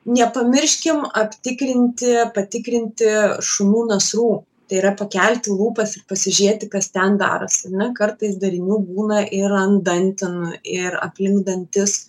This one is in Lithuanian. nepamirškim aptikrinti patikrinti šunų nasrų tai yra pakelti lūpas ir pasižiūrėti kas ten darosi ar ne kartais darinių būna ir ant dantenų ir aplink dantis